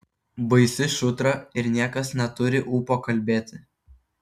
baisi šutra ir niekas neturi ūpo kalbėti